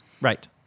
Right